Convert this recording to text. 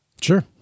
Sure